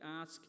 ask